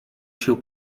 się